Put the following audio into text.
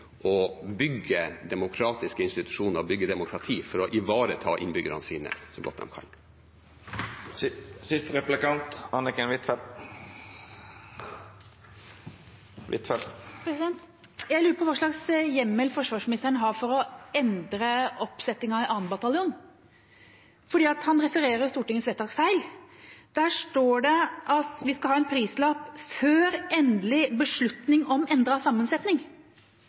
å bygge demokratiske institusjoner og bygge demokrati for å ivareta innbyggerne sine så godt de kan. Jeg lurer på hvilken hjemmel forsvarsministeren har for å endre oppsettingen i 2. bataljon. For han refererer jo Stortingets vedtak feil. Der står det at vi skal ha en prislapp før endelig beslutning om endret sammensetning.